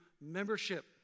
membership